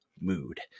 mood